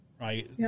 right